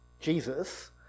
Jesus